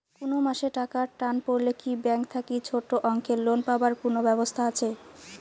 কুনো মাসে টাকার টান পড়লে কি ব্যাংক থাকি ছোটো অঙ্কের লোন পাবার কুনো ব্যাবস্থা আছে?